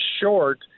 short